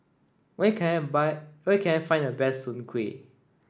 where can I buy where can I find the best Soon Kueh